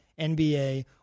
NBA